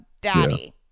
Daddy